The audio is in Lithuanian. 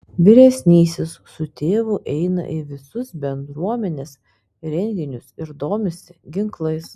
vyresnysis su tėvu eina į visus bendruomenės renginius ir domisi ginklais